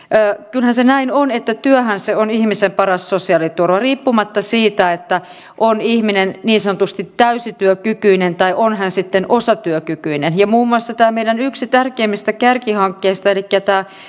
kyllähän se näin on että työhän se on ihmisen paras sosiaaliturva riippumatta siitä että on ihminen niin sanotusti täysityökykyinen tai on hän sitten osatyökykyinen muun muassa tässä meidän yhdessä tärkeimmistä kärkihankkeistamme elikkä tässä